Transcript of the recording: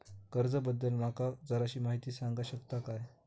कर्जा बद्दल माका जराशी माहिती सांगा शकता काय?